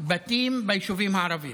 ובתים ביישובים הערביים.